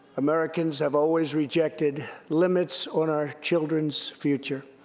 americans have always rejected limits on our children's future.